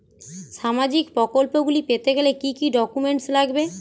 সামাজিক প্রকল্পগুলি পেতে গেলে কি কি ডকুমেন্টস লাগবে?